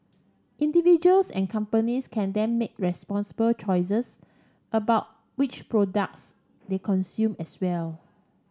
individuals and companies can then make responsible choices about which products they consume as well